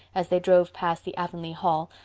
as they drove past the avonlea hall,